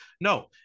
No